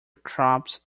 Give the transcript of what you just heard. crops